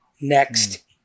Next